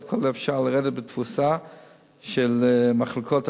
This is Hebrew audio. ככל האפשר כדי לרדת בתפוסה של המחלקות הפנימיות.